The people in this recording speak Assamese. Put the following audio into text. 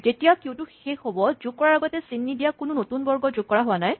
যেতিয়া কিউ টো শেষ হ'ব যোগ কৰাৰ আগতে চিন নিদিয়া কোনো নতুন বৰ্গ যোগ কৰা হোৱা নাই